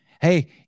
Hey